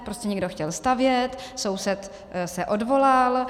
Prostě někdo chtěl stavět, soused se odvolal.